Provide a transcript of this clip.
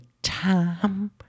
Time